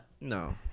No